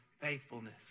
faithfulness